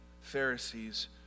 Pharisees